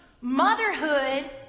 Motherhood